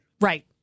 right